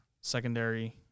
secondary